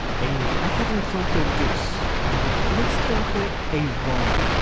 and i hadn't thought of this, but let's draw her a bow!